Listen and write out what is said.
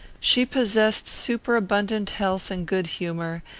she possessed super-abundant health and good-humour,